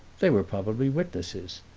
they were probably witnesses.